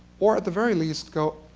or at the very least go,